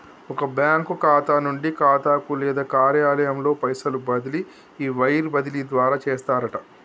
ఒక బ్యాంకు ఖాతా నుండి ఖాతాకు లేదా కార్యాలయంలో పైసలు బదిలీ ఈ వైర్ బదిలీ ద్వారా చేస్తారట